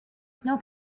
snow